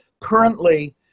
Currently